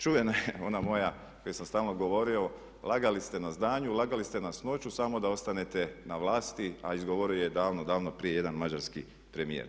Čuvena je ona moja koju sam stalno govorio "Lagali ste nas danju, lagali ste nas noću samo da ostanete na vlasti" a izgovorio ju je davno, davno prije jedan mađarski premijer.